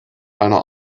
einer